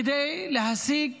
כדי להשיג